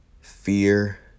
fear